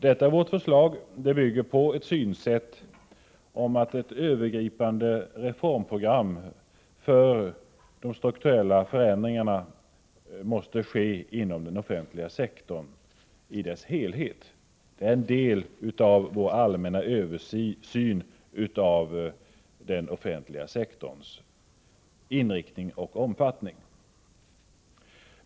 Detta vårt förslag bygger på synsättet att ett övergripande reformprogram för strukturella förändringar inom den offentliga sektorn i dess helhet måste genomföras. Det är en del av vår allmänna översyn av den offentliga sektorns inriktning och omfattning.